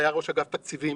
היה ראש אגף תקציבים